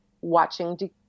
watching